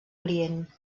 orient